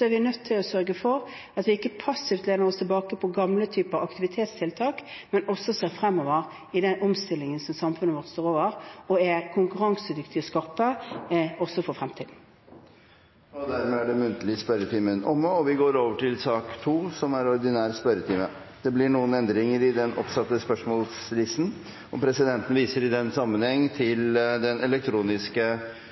er vi nødt til å sørge for at vi ikke passivt lener oss tilbake på gamle typer aktivitetstiltak, men ser fremover i den omstillingen som samfunnet vårt står overfor, og er konkurransedyktig skarpere også for fremtiden. Dermed er den muntlige spørretimen omme. Det blir noen endringer i den oppsatte spørsmålslisten, og presidenten viser i den sammenheng til den elektroniske